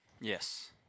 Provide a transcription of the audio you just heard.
Yes